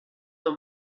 dans